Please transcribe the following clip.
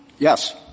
Yes